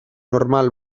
normal